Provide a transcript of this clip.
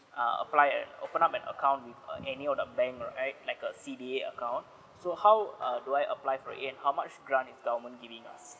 err apply and open up an account with uh any of the bank right like uh C_D_A account so how uh do I apply for it and how much grant is government giving us